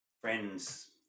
friends